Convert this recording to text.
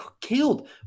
killed